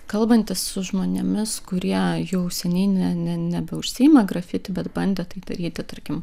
kalbantis su žmonėmis kurie jau seniai ne ne nebeužsiima grafiti bet bandė tai daryti tarkim